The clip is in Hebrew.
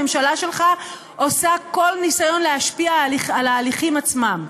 הממשלה שלך עושה כל ניסיון להשפיע על ההליכים עצמם.